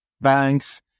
banks